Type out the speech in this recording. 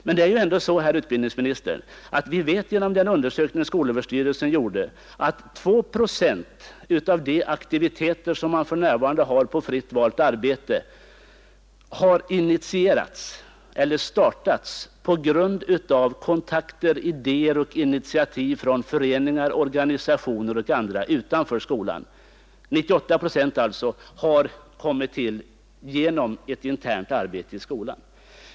Men det är ju ändå så, herr utbildningsminister, att vi tack vare den undersökning skolöverstyrelsen gjort vet att 2 procent av de aktiviteter som man för närvarande har inom fritt valt arbete har initierats eller startats på grund av kontakter, idéer och initiativ från föreningar, organisationer och andra Nr 43 utanför skolan. 98 procent har kommit till genom ett internt arbete i Fredagen den skolan.